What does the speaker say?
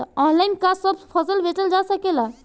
Online का सब फसल बेचल जा सकेला?